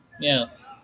Yes